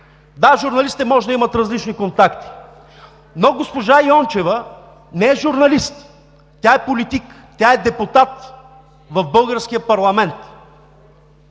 Да, журналистите могат да имат различни контакти. Но госпожа Йончева не е журналист, тя е политик, тя е депутат в българския парламент.